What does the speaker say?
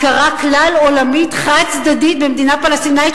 הכרה כלל-עולמית חד-צדדית במדינה פלסטינית,